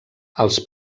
als